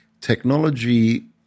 technology